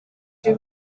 too